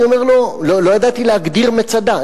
לא ידעתי להגדיר "מצדה".